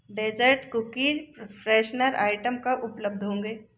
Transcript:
dessert cookie freshener item कब उपलब्ध होंगे